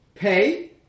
Pay